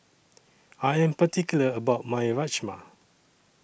I Am particular about My Rajma